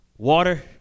Water